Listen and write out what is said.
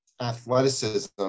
athleticism